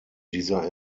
dieser